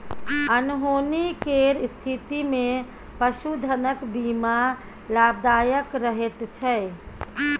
अनहोनी केर स्थितिमे पशुधनक बीमा लाभदायक रहैत छै